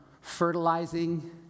fertilizing